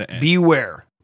beware